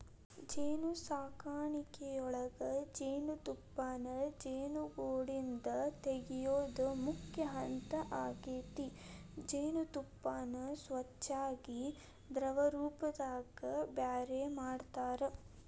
ಜೇನುಸಾಕಣಿಯೊಳಗ ಜೇನುತುಪ್ಪಾನ ಜೇನುಗೂಡಿಂದ ತಗಿಯೋದು ಮುಖ್ಯ ಹಂತ ಆಗೇತಿ ಜೇನತುಪ್ಪಾನ ಸ್ವಚ್ಯಾಗಿ ದ್ರವರೂಪದಾಗ ಬ್ಯಾರೆ ಮಾಡ್ತಾರ